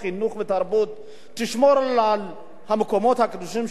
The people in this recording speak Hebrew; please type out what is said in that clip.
תשמור על המקומות הקדושים של כל הדתות,